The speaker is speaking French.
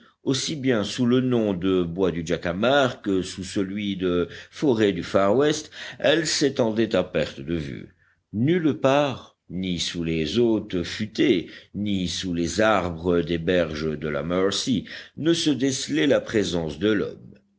aussi bien sous le nom de bois du jacamar que sous celui de forêts du far west elle s'étendait à perte de vue nulle part ni sous les hautes futaies ni sous les arbres des berges de la mercy ne se décelait la présence de l'homme